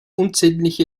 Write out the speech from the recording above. unzählige